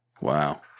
Wow